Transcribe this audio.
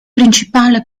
principale